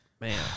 man